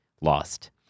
lost